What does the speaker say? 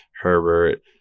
Herbert